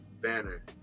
banner